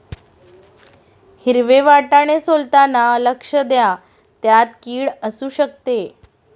हिरवे वाटाणे सोलताना लक्ष द्या, त्यात किड असु शकते